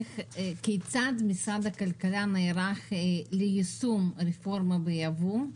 כיצד משרד הכלכלה נערך ליישום הרפורמה בייבוא?